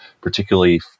particularly